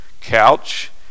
couch